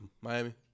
Miami